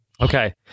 Okay